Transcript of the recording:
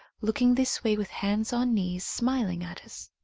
looking this way with hands on knees, smiling at us.